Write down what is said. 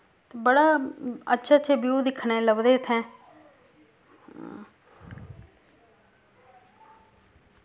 ते बड़ा अच्छे अच्छे व्यू दिक्खने लभदे इत्थै